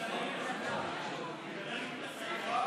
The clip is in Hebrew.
כהצעת הוועדה,